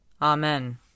Amen